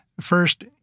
First